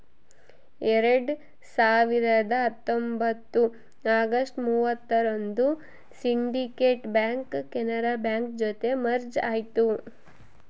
ಎರಡ್ ಸಾವಿರದ ಹತ್ತೊಂಬತ್ತು ಅಗಸ್ಟ್ ಮೂವತ್ತರಂದು ಸಿಂಡಿಕೇಟ್ ಬ್ಯಾಂಕ್ ಕೆನರಾ ಬ್ಯಾಂಕ್ ಜೊತೆ ಮರ್ಜ್ ಆಯ್ತು